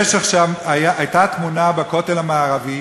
הייתה תמונה, בכותל המערבי,